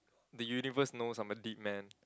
the universe knows I'm a deep man